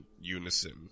unison